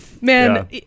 Man